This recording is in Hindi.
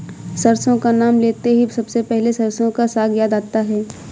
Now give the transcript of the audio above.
सरसों का नाम लेते ही सबसे पहले सरसों का साग याद आता है